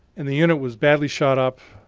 and the unit was badly shot up.